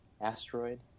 Asteroid